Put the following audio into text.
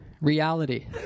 Reality